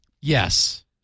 yes